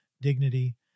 dignity